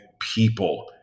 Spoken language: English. people